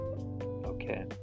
okay